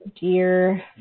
dear